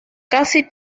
casi